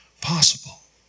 possible